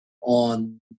on